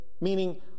Meaning